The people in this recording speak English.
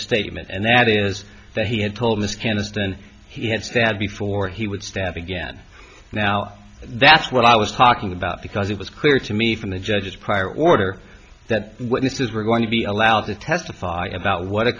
statement and that is that he had told miscarriage than he had said before he would step again now that's what i was talking about because it was clear to me from the judges prior order that witnesses were going to be allowed to testify about what